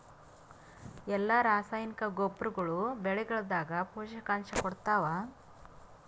ಎಲ್ಲಾ ರಾಸಾಯನಿಕ ಗೊಬ್ಬರಗೊಳ್ಳು ಬೆಳೆಗಳದಾಗ ಪೋಷಕಾಂಶ ಕೊಡತಾವ?